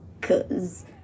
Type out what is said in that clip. cause